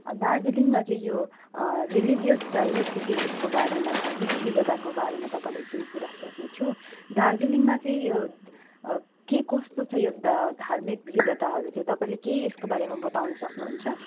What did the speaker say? दार्जिलिङमा चाहिँ यो रिलिजियस डाइभरसिटीको बारेमा धार्मिक विविधताको बारेमा तपाईँलाई केइ कुरा सोध्नु थियो दार्जिलिङमा चाहिँ यो के कस्तो छ यो धार्मिक विविधताहरू चाहिँ तपाईँले केही यसको बारेमा बताउनु सक्नुहुन्छ